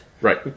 Right